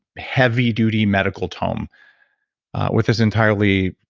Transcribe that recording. heavy-duty medical tome with this entirely